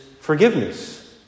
forgiveness